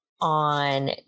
on